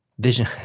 vision